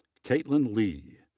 caitlin lee.